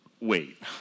Wait